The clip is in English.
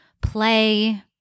play